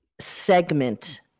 segment